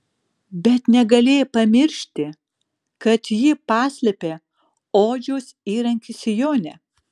bet negalėjai pamiršti kad ji paslėpė odžiaus įrankį sijone